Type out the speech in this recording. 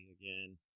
again